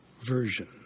version